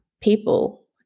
people